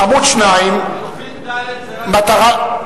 עמוד 2. לחלופין ד' זה רק קדימה.